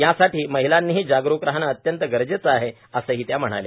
यासाठी महिलांनीही जागरुक राहणे अत्यंत गरजेचे आहे असेही त्या म्हणाल्या